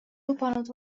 lubanud